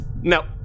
No